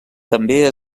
també